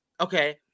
Okay